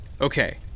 Okay